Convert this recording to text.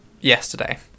yesterday